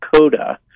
CODA